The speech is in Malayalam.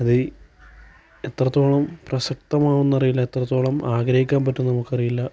അത് ഈ എത്രത്തോളം പ്രസക്തമാവും എന്നറിയില്ല എത്രത്തോളം ആഗ്രഹിക്കാൻ പറ്റും എന്നു നമുക്കറിയില്ല